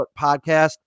podcast